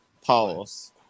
pause